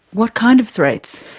what kind of threats?